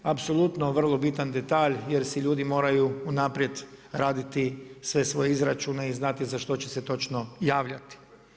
Apsolutno vrlo bitan detalj jer si ljudi moraju unaprijed raditi sve svoje izračune i znati za što će se točno javljati.